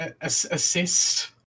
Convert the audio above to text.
assist